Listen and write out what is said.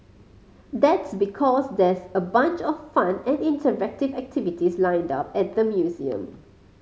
that's because there's a bunch of fun and interactive activities lined up at the museum